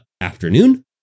afternoon